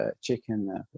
chicken